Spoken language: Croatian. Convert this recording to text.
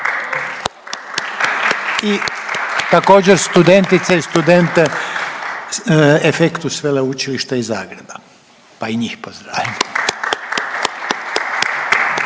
I također studentice i studente Effectus veleučilišta iz Zagreba, pa i njih pozdravljamo.